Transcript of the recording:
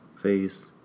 face